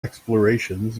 explorations